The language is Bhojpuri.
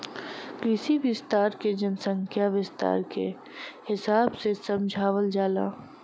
कृषि विस्तार के जनसंख्या विस्तार के हिसाब से समझावल जाला